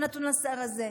וזה נתון לשר הזה.